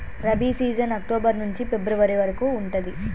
rabi season October నుంచి ఫిబ్రవరి వరకు ఉంటది